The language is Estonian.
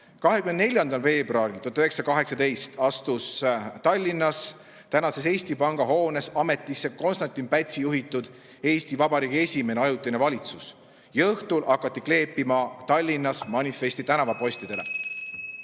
24. veebruaril 1918 astus Tallinnas tänases Eesti Panga hoones ametisse Konstantin Pätsi juhitud Eesti Vabariigi esimene ajutine valitsus ja õhtul hakati Tallinnas manifeste tänavapostidele